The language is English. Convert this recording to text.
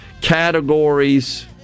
categories